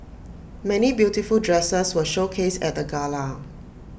many beautiful dresses were showcased at the gala